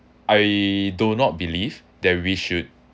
I do not believe that we should